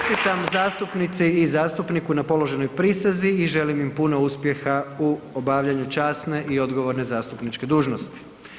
Čestitam zastupnici i zastupniku na položenoj prisezi i želim im puno uspjeha u obavljanju časne i odgovorne zastupničke dužnosti.